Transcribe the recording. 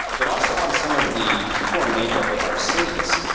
but also on some of the core makeup of our cities.